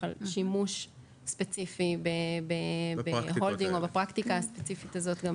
על שימוש ספציפי בפרקטיקה הספציפית הזאת.